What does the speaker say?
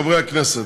חברי הכנסת,